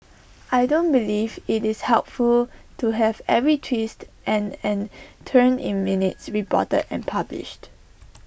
I don't believe IT is helpful to have every twist and and turn in minutes reported and published